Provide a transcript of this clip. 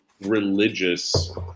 religious